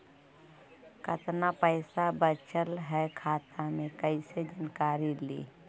कतना पैसा बचल है खाता मे कैसे जानकारी ली?